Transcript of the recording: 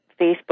Facebook